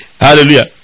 Hallelujah